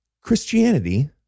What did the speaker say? Christianity